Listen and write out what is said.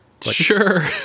Sure